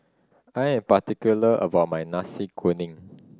I am particular about my Nasi Kuning